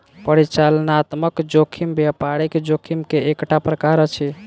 परिचालनात्मक जोखिम व्यापारिक जोखिम के एकटा प्रकार अछि